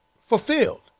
fulfilled